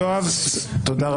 יואב, תודה רבה.